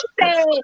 say